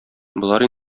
болар